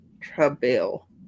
trouble